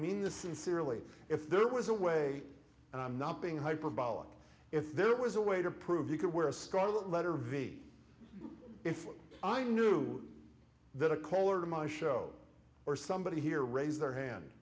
mean this sincerely if there was a way and i'm not being hyperbolic if there was a way to prove you could wear a scarlet letter v if i knew that a caller to my show or somebody here raise their hand